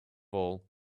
all